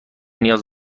نیاز